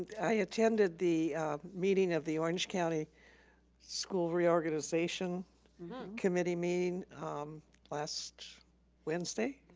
i attended the meeting of the orange county school reorganization committee mean last wednesday.